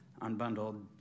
unbundled